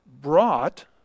brought